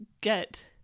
get